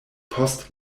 post